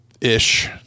ish